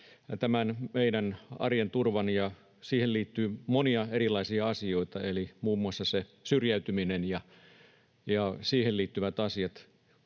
tämä meidän arjen turva, ja siihen liittyy monia erilaisia asioita, kuten muun muassa syrjäytyminen ja siihen liittyvät asiat.